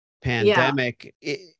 pandemic